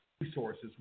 resources